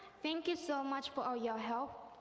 thank you so much for all your help,